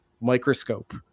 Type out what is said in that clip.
microscope